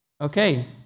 Okay